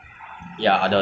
then your area leh